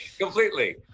completely